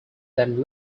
than